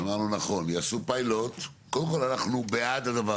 ולגבי, יש פה בעצם משהו שהוא בעינינו הבהרה